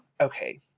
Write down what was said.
Okay